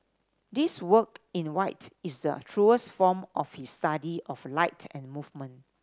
this work in white is the truest form of his study of light and movement